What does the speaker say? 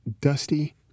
Dusty